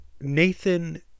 Nathan